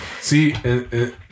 See